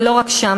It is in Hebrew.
ולא רק שם,